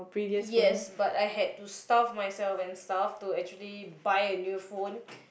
yes but I had to starve myself and stuff to actually buy a new phone